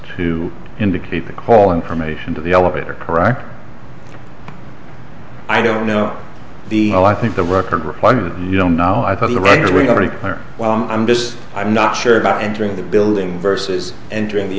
to indicate the call information to the elevator correct i don't know the whole i think the record require that you don't now i thought the rendering already well i'm just i'm not sure about entering the building versus entering the